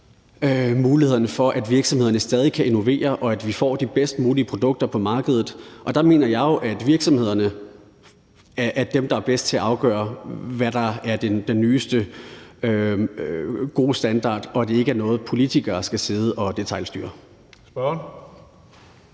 mulighederne for, at virksomhederne stadig kan innovere, og at vi får de bedst mulige produkter på markedet. Der mener jeg jo, at virksomhederne er dem, der er bedst til at afgøre, hvad der er den nyeste gode standard, og at det ikke er noget, som politikere skal sidde og detailstyre.